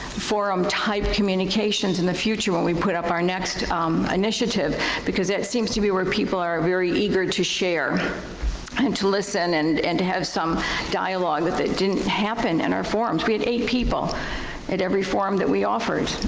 forum type communications in the future when we put up our next initiative because that seems to be where people are very eager to share and to listen and and to have some dialog that didn't happen in and our forums. we had eight people at every forum that we offered,